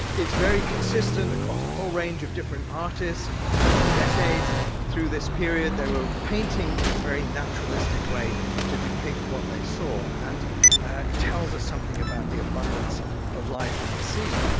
very consistent across a whole range of different artists across different decades through this period, they were painting in a very naturalistic way to depict what they saw, and it tells us something about the abundance of life in the sea.